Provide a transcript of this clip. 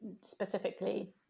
specifically